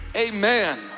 Amen